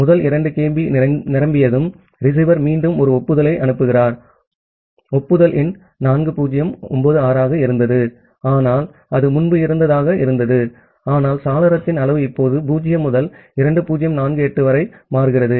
ஆகவே முதல் 2 kB நிரம்பியதும் ரிசீவர் மீண்டும் ஒரு ஒப்புதலை அனுப்புகிறது ஒப்புதல் எண் 4096 ஆக இருந்தது ஆனால் அது முன்பு இருந்ததாக இருந்தது அதனால் சாளரத்தின் அளவு இப்போது 0 முதல் 2048 வரை மாறுகிறது